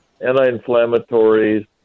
anti-inflammatories